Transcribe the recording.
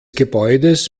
gebäudes